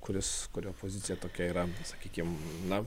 kuris kurio pozicija tokia yra sakykim na